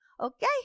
okay